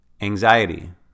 Anxiety